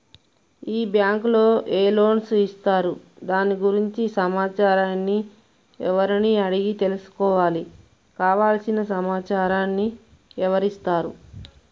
ఈ బ్యాంకులో ఏ లోన్స్ ఇస్తారు దాని గురించి సమాచారాన్ని ఎవరిని అడిగి తెలుసుకోవాలి? కావలసిన సమాచారాన్ని ఎవరిస్తారు?